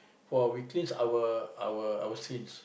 for we cleanse our our our sins